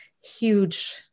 huge